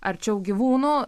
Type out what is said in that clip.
arčiau gyvūnų